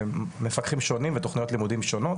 מפקחים שונים ותוכניות לימודים שונות,